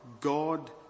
God